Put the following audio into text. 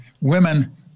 women